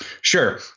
Sure